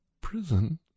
prison